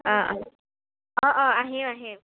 অঁ অঁ অঁ অঁ আহিম আহিম